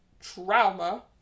trauma